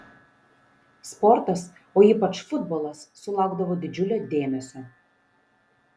sportas o ypač futbolas sulaukdavo didžiulio dėmesio